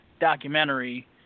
documentary